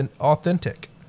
authentic